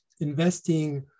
investing